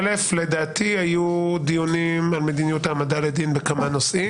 לדעתי היו דיונים על מדיניות העמדה לדין בכמה נושאים.